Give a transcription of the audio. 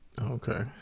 Okay